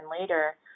later